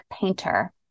painter